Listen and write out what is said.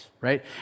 right